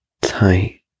tight